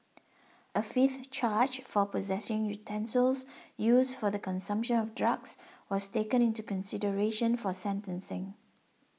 a fifth charge for possessing utensils used for the consumption of drugs was taken into consideration for sentencing